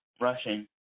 rushing